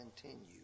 continue